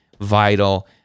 vital